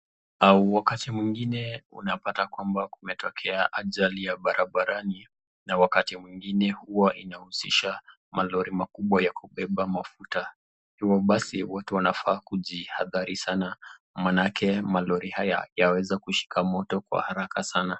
Wakati mwengine unapata kwamba kumetokea ajali ya barabarani, na wakati mwengine huwa inahusisha malori makubwa ya kubeba mafuta, hivyo basi watu wanapaswa kujihadhari sana, maanake malori haya yanaweza kushika moto kwa haraka sana.